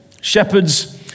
shepherds